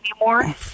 anymore